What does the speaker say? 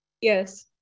Yes